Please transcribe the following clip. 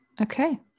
Okay